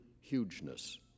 hugeness